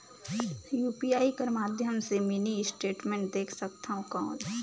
UPI कर माध्यम से मिनी स्टेटमेंट देख सकथव कौन?